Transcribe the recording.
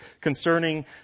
concerning